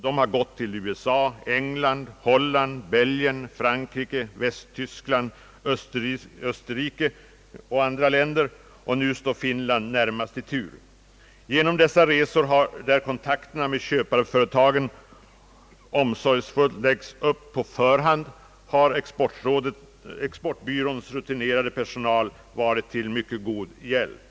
De har gått till USA, England, Holland, Belgien, Frankrike, Västtyskland, Österrike, och nu står Finland närmast i tur. Genom dessa resor, där kontakterna med köpareföretagen omsorgsfullt läggs upp på förhand, har exportbyråns rutinerade personal varit till utomordentligt god hjälp.